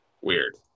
Weird